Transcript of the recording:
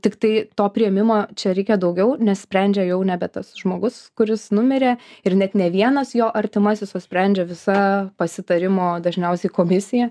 tiktai to priėmimo čia reikia daugiau nes sprendžia jau nebe tas žmogus kuris numirė ir net ne vienas jo artimasis o sprendžia visa pasitarimo dažniausiai komisija